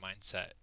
mindset